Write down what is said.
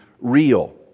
real